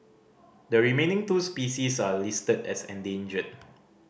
the remaining two species are listed as endangered